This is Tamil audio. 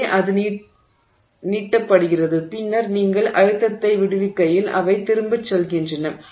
எனவே அது நீட்டப்படுகிறது பின்னர் நீங்கள் அழுத்தத்தை விடுவிக்கையில் அவை திரும்பிச் செல்கின்றன